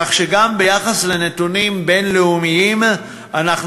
כך שגם בהשוואה לנתונים בין-לאומיים אנחנו